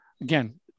again